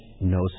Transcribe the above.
no